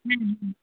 হুম হুম হুম